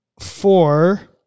four